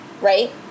right